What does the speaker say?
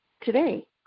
today